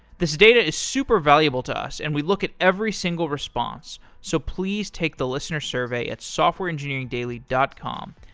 this data is super valuable to us and we'd look at every single response, so please take the listener survey at softwareengineeringdaily dot com.